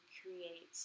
create